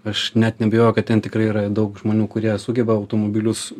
aš net neabejoju kad ten tikrai yra daug žmonių kurie sugeba automobilius